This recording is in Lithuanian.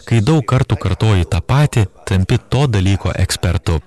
kai daug kartų kartoji tą patį tampi to dalyko ekspertu